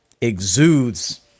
exudes